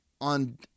on